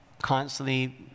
Constantly